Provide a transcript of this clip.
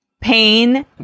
pain